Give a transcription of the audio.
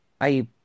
I-